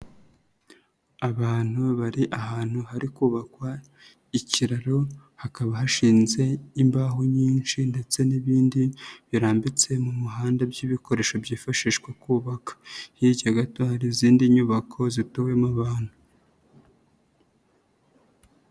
Abantu bari ahantu hari kubakwa ikiraro, hakaba hashinze imbaho nyinshi ndetse n'ibindi birambitse mu muhanda by'ibikoresho byifashishwa kubaka. Hirya gato hari izindi nyubako zituyemo abantu.